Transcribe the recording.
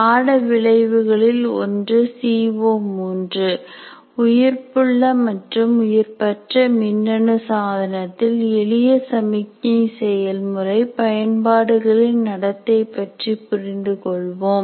பாட விளைவுகளில் ஒன்று சிஓ 3 உயிர்ப்புள்ள மற்றும் உயிர்ப்பற்ற மின்னனு சாதனத்தில் எளிய சமிக்ஞை செயல்முறை பயன்பாடுகளின் நடத்தையை பற்றி புரிந்து கொள்வோம்